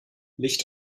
licht